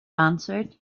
answered